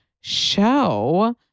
show